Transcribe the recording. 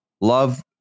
love